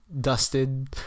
dusted